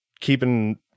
keeping